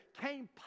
came